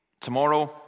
tomorrow